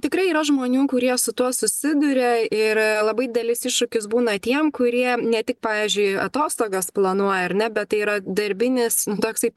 tikrai yra žmonių kurie su tuo susiduria ir labai didelis iššūkis būna tiem kurie ne tik pavyzdžiui atostogas planuoja ar ne bet tai yra darbinis toks kaip